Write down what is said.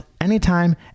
anytime